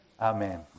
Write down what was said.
Amen